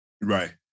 Right